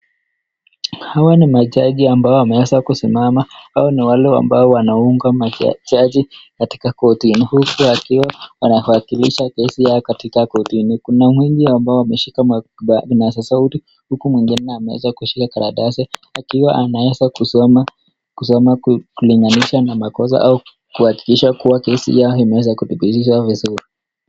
Hawa ni majaji ambao wameweza kusimama. Hawa ni wale ambao wanaunga majaji katika kortini, huku wakiwa wanawakilisha kesi yao katika kortini. Kuna wengi ambao wameshika mabango na vikuza sauti, huku mwingine ameweza kushika karatasi akiwa anaweza kusoma, kusoma kulinganisha na makosa au kuhakikisha kuwa kesi yao imeweza kuthibitishwa vizuri.